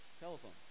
telephone